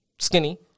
Skinny